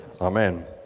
Amen